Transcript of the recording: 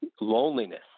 loneliness